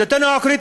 עמדתנו העקרונית,